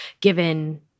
given